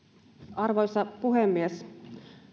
arvoisa puhemies